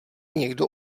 někdo